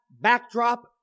backdrop